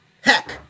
Heck